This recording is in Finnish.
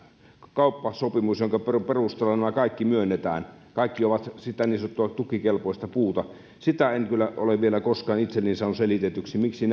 kauppasopimus jonka perusteella nämä kaikki myönnetään kaikki ovat sitä niin sanottua tukikelpoista puuta sitä en kyllä ole vielä koskaan itselleni saanut selitetyksi miksi